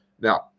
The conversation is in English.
Now